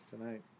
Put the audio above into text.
tonight